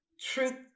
truth